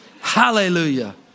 hallelujah